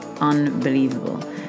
unbelievable